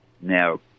now